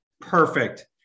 perfect